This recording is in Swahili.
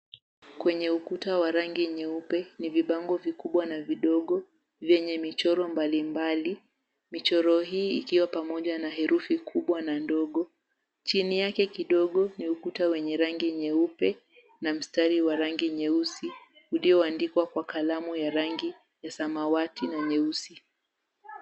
Kwenye ukuta wa rangi nyeupe ni vibango vikubwa na vidogo vyenye michoro mbalimbali. Michoro hii ikiwa pamoja na herufi kubwa na ndogo. Chini yake kidogo ni ukuta wenye rangi nyeupe na mstari wa rangi nyeusi ulioandikwa kwa kalamu ya rangi ya samawati na nyeusi.